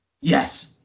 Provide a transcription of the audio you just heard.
Yes